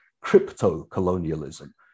crypto-colonialism